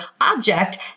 object